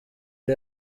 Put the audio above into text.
iri